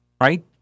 right